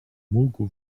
mógł